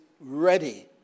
ready